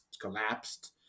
collapsed